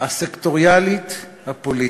הסקטוריאלית הפוליטית.